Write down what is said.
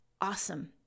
awesome